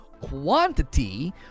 quantity